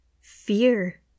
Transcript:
fear